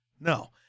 No